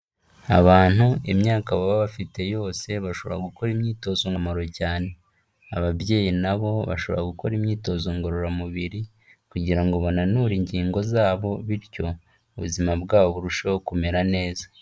Abantu imyaka baba bafite yose bashobora gukora imyitozomumaro cyane, ababyeyi na bo bashobora gukora imyitozo ngororamubiri kugira ngo bananure ingingo zabo bityo ubuzima bwabo burusheho kumera neza.